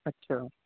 اچھا